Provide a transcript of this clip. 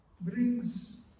Brings